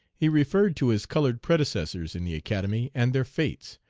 he referred to his colored predecessors in the academy and their fates,